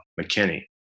McKinney